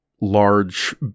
large